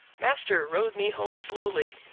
master rode me home slowly,